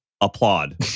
applaud